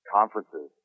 conferences